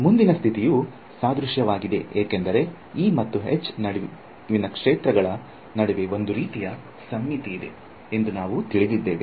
ಮುಂದಿನ ಸ್ಥಿತಿಯು ಸಾದೃಶ್ಯವಾಗಿದೆ ಏಕೆಂದರೆ ಇ ಮತ್ತು ಎಚ್ ಕ್ಷೇತ್ರಗಳ ನಡುವೆ ಒಂದು ರೀತಿಯ ಸಮ್ಮಿತಿ ಇದೆ ಎಂದು ನಾವು ನೋಡಿದ್ದೇವೆ